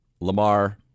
Lamar